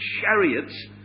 chariots